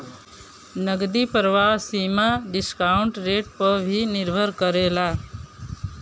नगदी प्रवाह सीमा डिस्काउंट रेट पअ भी निर्भर करेला